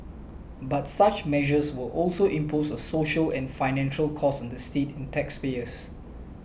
but such measures will also impose a social and financial costs on the state and taxpayers